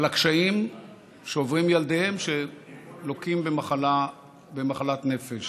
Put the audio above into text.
הקשיים שעוברים ילדיהם שלוקים במחלת נפש.